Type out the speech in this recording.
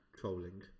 Trolling